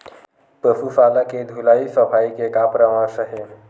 पशु शाला के धुलाई सफाई के का परामर्श हे?